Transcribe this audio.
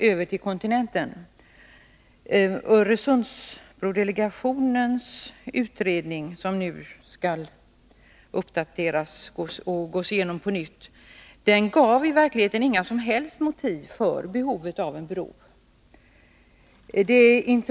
över till kontinenten fungerar. Öresundsbrodelegationens utredning, som nu skall uppdateras och gås igenom på nytt, gav i verkligheten inget som helst motiv för behovet av en bro.